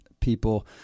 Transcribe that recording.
people